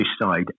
decide